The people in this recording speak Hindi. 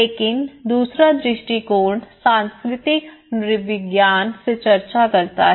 लेकिन दूसरा दृष्टिकोण सांस्कृतिक नृविज्ञान से चर्चा करता है